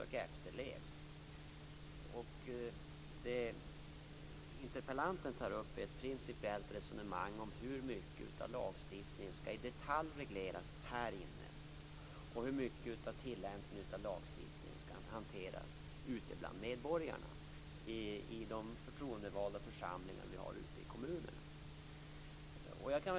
Det som interpellanten tar upp är ett principiellt resonemang om hur mycket av lagstiftningen som i detalj skall regleras härifrån och hur mycket av tilllämpningen som skall regleras ute bland medborgarna i de förtroendevalda församlingarna ute i kommunerna.